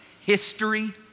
history